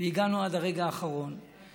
והגענו עד הרגע האחרון,